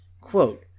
quote